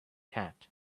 cat